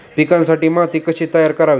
पिकांसाठी माती कशी तयार करावी?